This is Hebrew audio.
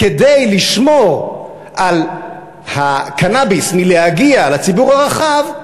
כדי לשמור על הקנאביס מלהגיע לציבור הרחב,